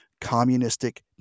communistic